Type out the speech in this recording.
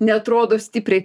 neatrodo stipriai